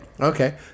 Okay